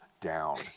down